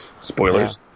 Spoilers